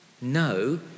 no